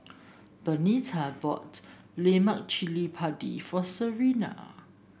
Bernita bought Lemak Cili Padi for Serina